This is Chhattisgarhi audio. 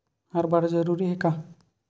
हर बार जरूरी हे का?